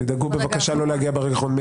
תודה כן, תדאגו בבקשה לא להגיע ברגע אחרון.